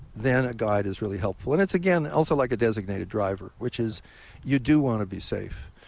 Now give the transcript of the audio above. then a guide is really helpful. and it's, again, also like a designated driver, which is you do want to be safe.